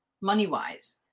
money-wise